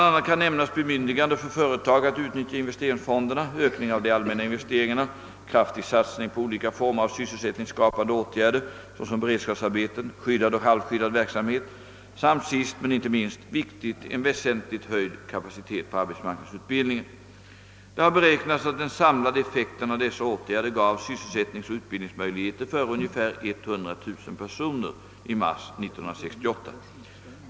a. kan nämnas bemyndigande för företag att utnyttja investeringsfonderna, ökning av de allmänna investeringarna, kraftig satsning på olika former av sysselsättningsskapande åtgärder såsom beredskapsarbeten, skyddad och halvskyddad verksamhet samt sist men inte minst viktigt en väsentligt höjd kapacitet på arbetsmarknadsutbildningen. Det har beräknats att den samlade effekten av dessa åtgärder gav sysselsättningsoch utbildningsmöjligheter — för — ungefär 100 000 personer i mars 1968.